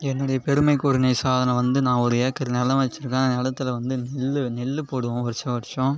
என்னுடைய பெருமை கூறினை சாதனை வந்து நான் ஒரு ஏக்கர் நிலம் வச்சு இருக்கற நிலத்தில் வந்து நெல்லு நெல்லு போடுவோம் வருஷோம் வருஷோம்